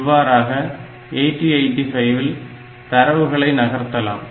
இவ்வாறாக 8085 இல் தரவுகளை நகர்த்தலாம்